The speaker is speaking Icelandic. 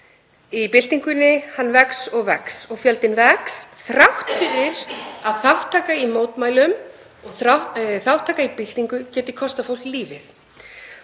í byltingunni vex og fjöldinn vex þrátt fyrir að þátttaka í mótmælum, þátttaka í byltingu geti kostað fólk lífið.